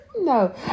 No